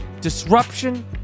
disruption